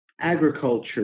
agriculture